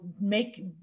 make